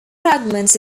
fragments